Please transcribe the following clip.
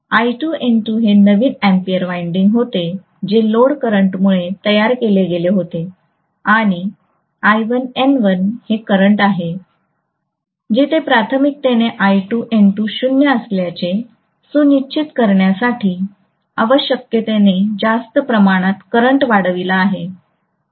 I2N2 हे नवीन ampere winding होते जे लोड करंटमुळे तयार केले गेले होते आणि I1N1 हे करंट आहे जिथे प्राथमिकने I2N2 शून्य असल्याचे सुनिश्चित करण्यासाठी आवश्यकतेने जास्त प्रमाणात करंट वाढविला आहे